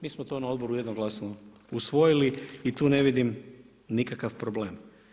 Mi smo to na Odboru jednoglasno usvojili i tu ne vidim nikakav problem.